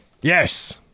Yes